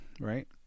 Right